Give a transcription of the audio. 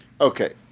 okay